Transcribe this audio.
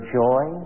joy